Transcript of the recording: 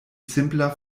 simpla